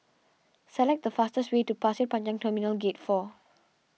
select the fastest way to Pasir Panjang Terminal Gate four